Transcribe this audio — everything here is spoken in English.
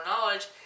knowledge